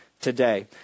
today